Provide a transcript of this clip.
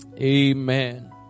amen